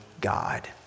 God